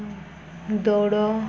ଦୌଡ଼